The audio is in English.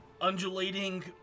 undulating